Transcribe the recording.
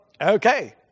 okay